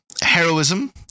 Heroism